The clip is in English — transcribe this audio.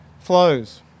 flows